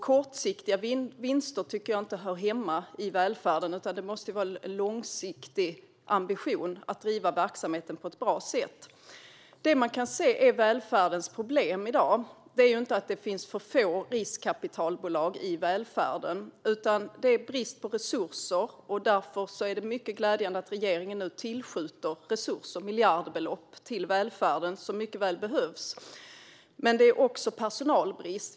Kortsiktiga vinster tycker jag inte hör hemma i välfärden, utan det måste vara en långsiktig ambition att driva verksamheten på ett bra sätt. Det man kan se är välfärdens problem i dag är inte att det finns för få riskkapitalbolag i välfärden utan att det är brist på resurser. Därför är det mycket glädjande att regeringen nu tillskjuter resurser - miljardbelopp - till välfärden, som mycket väl behövs. Men det är också personalbrist.